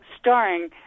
starring